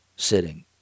sitting